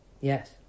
Yes